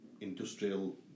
industrial